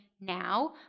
now